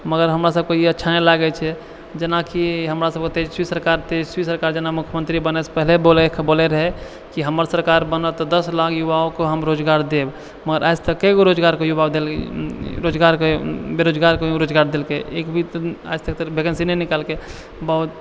मगर हमरा सभके ई अच्छा नहि लागै छै जेनाकि हमरा सबके तेजस्वी सरकार जेना मुख्यमन्त्री बनैसँ पहिले बोलै रहै कि हमर सरकार बनत तऽ दस लाख युवाओ को हम रोजगार देब मगर आज तक कैगो रोजगार युवा सबके बेरोजगारके रोजगार देलकै एक भी आजतक तऽ वैकेन्सी नहि निकाललकैए